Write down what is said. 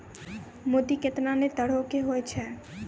मोती केतना नै तरहो के होय छै